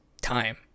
time